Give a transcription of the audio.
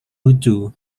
lucu